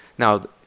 Now